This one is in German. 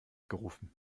gerufen